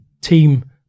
team